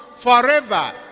forever